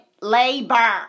labor